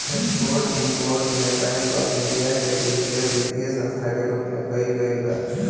export import में bank of India के भी उल्लेख वित्तीय संस्था के रूप में कईल गईल बा